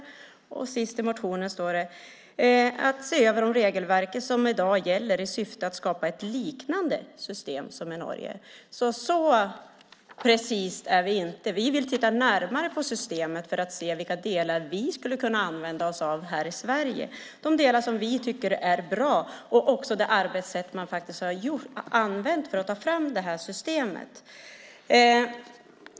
Sist i motionen står det att vi föreslår att en utredning tillsätts som ska ha till uppgift att se över de regelverk som i dag gäller i syfte att skapa ett liknande system som i Norge. Vi är inte så precisa. Vi vill titta närmare på systemet för att se vilka delar vi skulle kunna använda oss av i Sverige, de delar vi tycker är bra. Det gäller också det arbetssätt som har använts för att ta fram systemet.